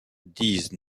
disent